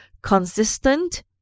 Consistent